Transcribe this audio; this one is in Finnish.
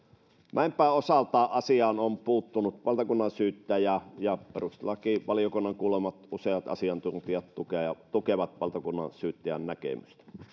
mäenpään osalta asiaan on puuttunut valtakunnansyyttäjä ja ja perustuslakivaliokunnan kuulemat useat asiantuntijat tukevat tukevat valtakunnansyyttäjän näkemystä